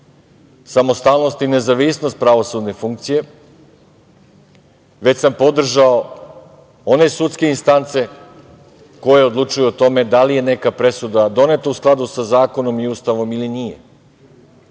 samostalnost i nezavisnost pravosudne funkcije, već sam podržao one sudske instance koje odlučuju o tome da li je neka presuda doneta u skladu sa zakonom i Ustavom ili nije. Čini